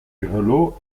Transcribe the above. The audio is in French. grelots